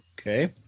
Okay